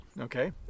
okay